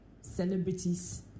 celebrities